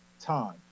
time